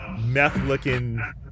meth-looking